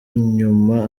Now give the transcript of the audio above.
nyuma